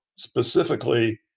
Specifically